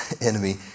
enemy